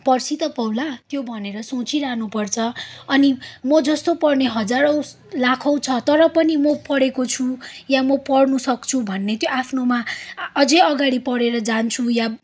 पर्सि त पाउँला त्यो भनेर सोचिरहनु पर्छ अनि म जस्तो पढ्ने हजारौँ लाखौँ छ तर पनि म पढेको छु या म पढ्नसक्छु भन्ने त्यो आफ्नोमा अझै अगाडि पढेर जान्छु या